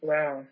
Wow